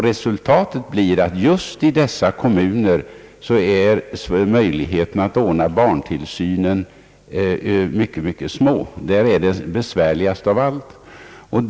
Resultatet har blivit att just i dessa kommuner möjligheterna att ordna barntillsynen är mycket små. Det är den besvärligaste frågan av alla.